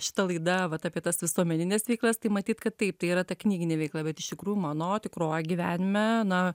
šita laida vat apie tas visuomenines veiklas tai matyt kad taip tai yra ta knyginė veikla bet iš tikrųjų mano tikroji gyvenime na